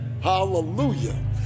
hallelujah